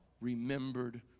remembered